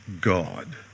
God